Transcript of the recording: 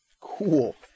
Cool